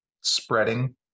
spreading